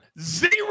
zero